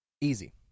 easy